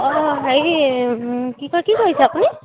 অঁ হেৰি কি কয় কি কৰিছে আপুনি